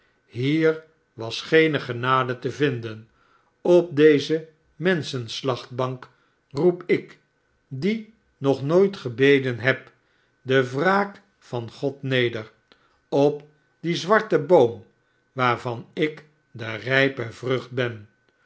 hier was geene genade te vinden is op deze menschenslachtbank roep ik die nog nooit gebeden heb de wraak van god neder op dien zwarten iboom waarvan ik de rijpe vrucht ben